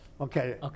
Okay